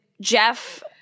Jeff